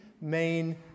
main